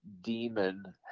demon